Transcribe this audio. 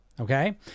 Okay